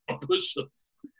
push-ups